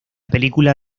película